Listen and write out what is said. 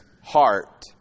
heart